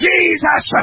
Jesus